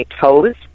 toes